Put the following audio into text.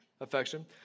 affection